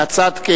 מהצד,